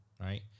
Right